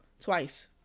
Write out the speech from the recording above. twice